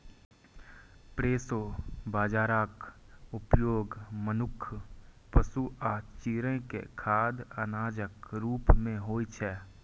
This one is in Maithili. प्रोसो बाजाराक उपयोग मनुक्ख, पशु आ चिड़ै के खाद्य अनाजक रूप मे होइ छै